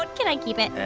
but can i keep it?